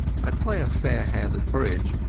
i play a fair hand at bridge,